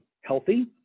healthy